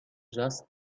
just